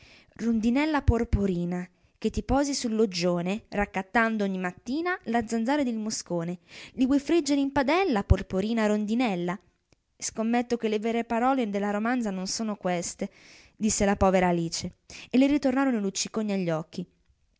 volta rondinella porporina che ti posi sul loggione raccattando ogni mattina la zanzara ed il moscone li vuoi friggere in padella porporina rondinella scommetto che le vere parole della romanza non son queste disse la povera alice e le ritornarono i lucciconi agli occhi